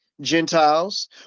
Gentiles